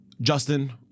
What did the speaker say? Justin